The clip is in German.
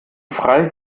frei